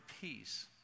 peace